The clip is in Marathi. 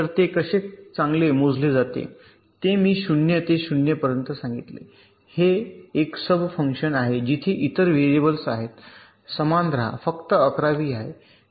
तर हे कसे चांगले मोजले जाते ते मी शून्य ते ० पर्यंत सांगितले हे एक सब फंक्शन आहे जिथे इतर व्हेरिएबल्स आहेत समान रहा फक्त ११ वी आहे